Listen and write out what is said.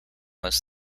was